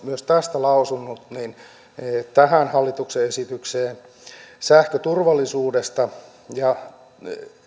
myös tästä lausunut niin tässä hallituksen esityksessä sähköturvallisuudesta ja